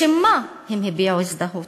בשם מה הם הביעו הזדהות?